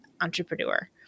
entrepreneur